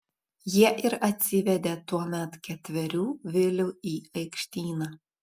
jie ir atsivedė tuomet ketverių vilių į aikštyną